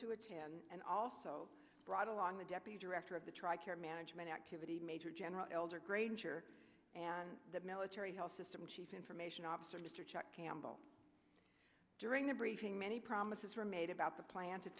to attend and also brought along the deputy director of the tri care management activity major general elder granger and the military health system chief information officer mr chuck campbell during the briefing many promises were made about the plan to